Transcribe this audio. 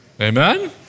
Amen